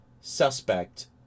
suspect